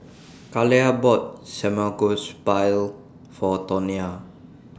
Kaila bought Samgeyopsal For Tonia